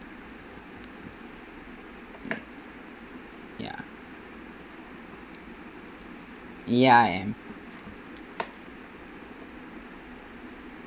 ya ya and